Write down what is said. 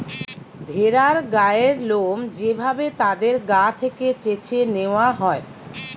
ভেড়ার গায়ের লোম যে ভাবে তাদের গা থেকে চেছে নেওয়া হয়